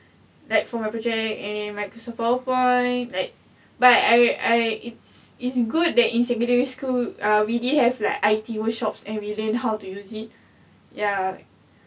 like for my project and microsoft powerpoint like but I I it's it's good that in secondary school uh we didn't have like I_T workshops and we learn how to use it ya